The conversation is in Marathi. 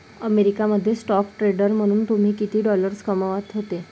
अमेरिका मध्ये स्टॉक ट्रेडर म्हणून तुम्ही किती डॉलर्स कमावत होते